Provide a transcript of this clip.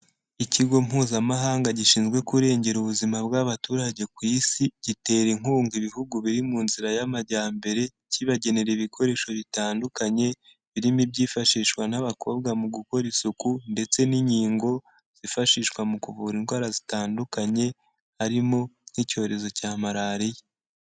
Ikigo Mpuzamahanga gishinzwe kurengera ubuzima bw'abaturage ku isi, gitera inkunga Ibihugu biri mu nzira y'amajyambere kibagenera ibikoresho bitandukanye, birimo ibyifashishwa n'abakobwa mu gukora isuku, ndetse n'inkingo zifashishwa mu kuvura indwara zitandukanye, harimo nk'icyorezo cya malariya.